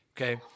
Okay